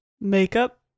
Makeup